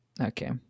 Okay